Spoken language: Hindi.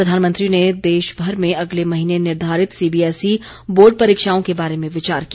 प्रधानमंत्री ने देश भर में अगले महीने निर्धारित सीबीएसई बोर्ड परीक्षाओं के बारे में विचार किया